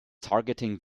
targeting